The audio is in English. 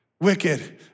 wicked